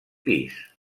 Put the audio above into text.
pis